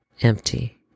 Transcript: empty